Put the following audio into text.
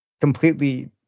completely